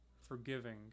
forgiving